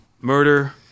murder